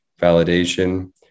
validation